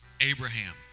Abraham